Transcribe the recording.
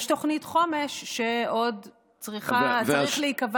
ויש תוכנית חומש שבמסגרתה עוד צריכים להיקבע